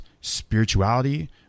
spirituality